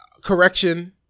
correction